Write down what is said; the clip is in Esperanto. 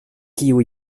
kiu